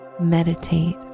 Meditate